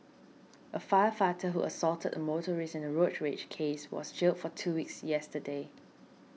a firefighter who assaulted a motorist in a road rage case was jailed for two weeks yesterday